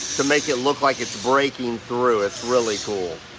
to make it look like it's breaking through, it's really cool.